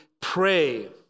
pray